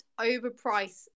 overpriced